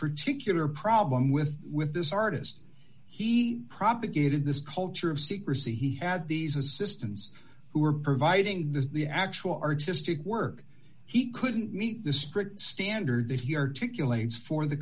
particular problem with with this artist he propagated this culture of secrecy he had these assistants who were providing this the actual artistic work he couldn't meet the strict standard that he or to kill aides for the